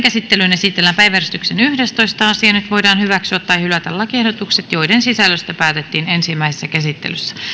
käsittelyyn esitellään päiväjärjestyksen yhdestoista asia nyt voidaan hyväksyä tai hylätä lakiehdotukset joiden sisällöstä päätettiin ensimmäisessä käsittelyssä